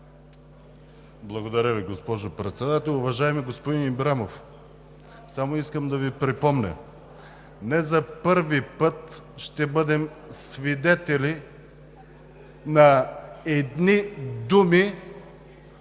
Благодаря Ви, госпожо Председател. Уважаеми господин Ибрямов, само искам да Ви припомня: не за първи път ще бъдем свидетели на едни думи